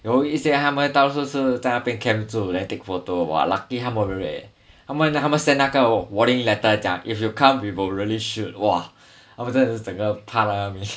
有一些他们到处是在那边 camp 住 then take photo !wah! lucky 他们没有 raid eh 他们 send 那个 warning letter 讲 if you come we will really shoot !wah! 他们真的是真个怕到要命